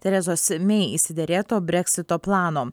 terezos mei išsiderėto breksito plano